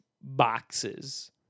boxes